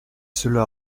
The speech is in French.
cela